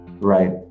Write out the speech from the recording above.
right